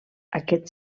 aquest